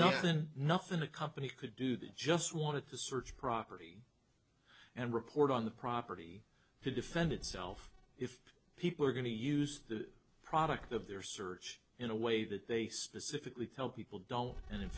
been nothing a company could do that just wanted to search property and report on the property to defend itself if people are going to use the product of their search in a way that they specifically tell people don't and in